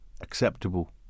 acceptable